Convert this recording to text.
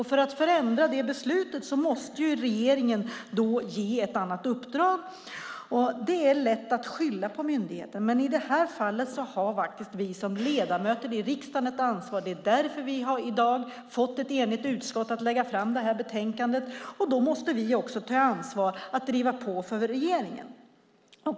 För att förändra detta beslut måste regeringen ge ett annat uppdrag. Det är lätt att skylla på myndigheten, men i detta fall har faktiskt vi som ledamöter i riksdagen ett ansvar. Det är därför vi i dag har fått ett enigt utskott att lägga fram detta betänkande, och då måste vi också ta ansvar för att driva på regeringen.